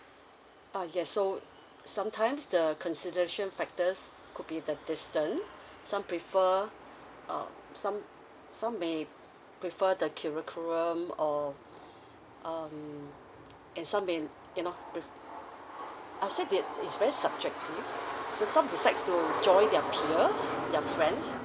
uh yes so sometimes the consideration factors could be the distant some prefer um some some may prefer the curriculum or um and some may you know pre~ I'd say that it's very subjective so some decides to join their peers their friends